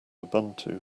ubuntu